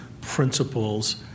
principles